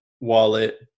wallet